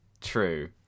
True